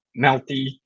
melty